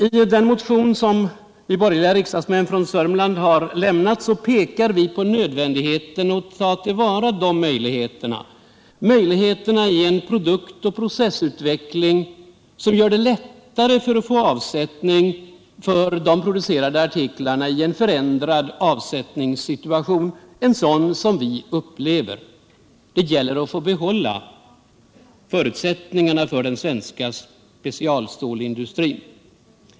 I den motion som vi borgerliga riksdagsmän från Sörmland har lämnat pekar vi på nödvändigheten att ta till vara möjligheterna till en sådan produktoch processutveckling som gör det lättare att få avsättning för de producerade artiklarna i en förändrad avsättningssituation, sådan som den vi nu upplever. Det gäller att behålla förutsättningarna för den svenska specialstålindustrin.